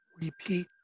repeat